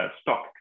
stock